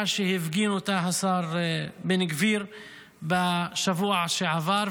שהפגין אותה השר בן גביר בשבוע שעבר,